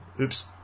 Oops